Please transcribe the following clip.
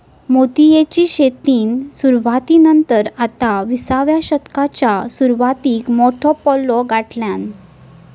मोतीयेची शेतीन सुरवाती नंतर आता विसाव्या शतकाच्या सुरवातीक मोठो पल्लो गाठल्यान